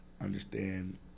understand